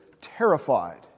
terrified